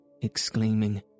exclaiming